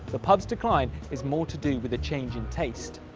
the pub's decline is more to do with a change in taste.